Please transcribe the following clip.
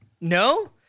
no